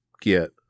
get